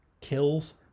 kills